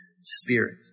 Spirit